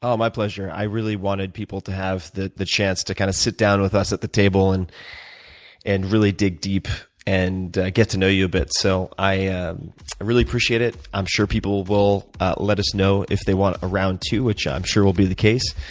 um pleasure. i really wanted people to have the the chance to kind of sit down with us at the table and and really dig deep and get to know you a bit. so i ah really appreciate it. i'm sure people will will let us know if they want a round two, which i'm sure will be the case.